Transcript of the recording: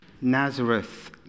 Nazareth